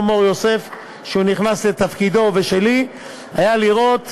מור-יוסף כשהוא נכנס לתפקידו ושלי הייתה לראות